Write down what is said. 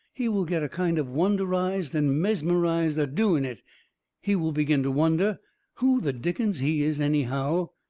he will get kind of wonderized and mesmerized a-doing it he will begin to wonder who the dickens he is, anyhow,